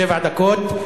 שבע דקות,